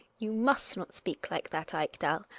you must not speak like that, ekdal.